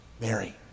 Mary